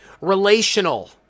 Relational